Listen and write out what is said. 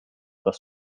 das